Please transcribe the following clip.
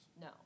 No